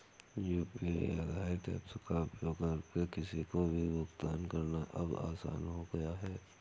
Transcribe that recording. UPI आधारित apps का उपयोग करके किसी को भी भुगतान करना अब आसान हो गया है